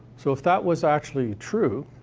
so if that was actually true,